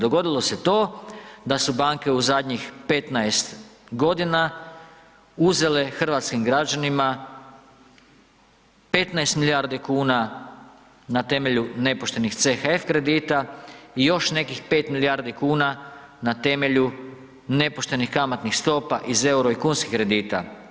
Dogodilo se to da su banke u zadnjih 15 godina uzele hrvatskim građanima 15 milijardi kuna na temelju nepoštenih CHF kredita i još nekih 5 milijardi kuna na temelju nepoštenih kamatnih stopa iz eura i kunskih kredita.